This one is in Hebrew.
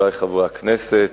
חברי חברי הכנסת,